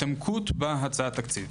להתעמקות בהצעת התקציב.